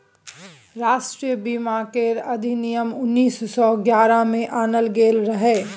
राष्ट्रीय बीमा केर अधिनियम उन्नीस सौ ग्यारह में आनल गेल रहे